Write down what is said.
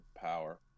power